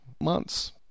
months